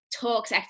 talks